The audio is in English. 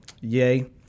Yay